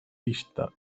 pista